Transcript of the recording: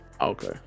okay